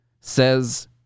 says